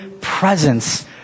presence